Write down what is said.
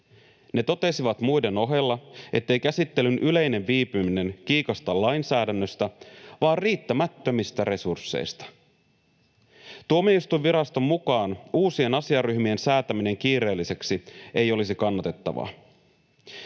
Ne totesivat muiden ohella, ettei käsittelyn yleinen viipyminen kiikasta lainsäädännöstä vaan riittämättömistä resursseista. Tuomioistuinviraston mukaan uusien asiaryhmien säätäminen kiireelliseksi ei olisi kannatettavaa.